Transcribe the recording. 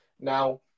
Now